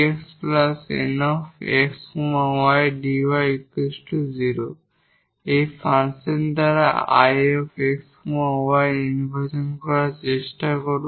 একটি ফাংশন দ্বারা 𝐼 𝑥 𝑦 নির্বাচন করার চেষ্টা করুন